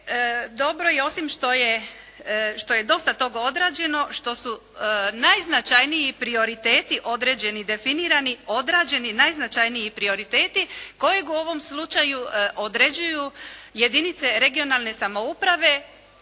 Dobro je, osim što je dosta tog odrađeno, što su najznačajniji prioriteti određeni i definirani, odrađeni najznačajniji prioriteti kojeg u ovom slučaju određuju jedinice regionalne samouprave